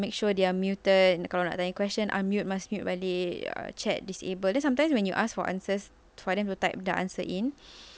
make sure they are muted got question unmute must mute chat disable then sometimes when you ask for answers for them to type the answer in